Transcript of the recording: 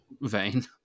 vein